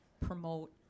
promote